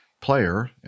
player